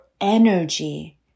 energy